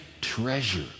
treasure